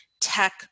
tech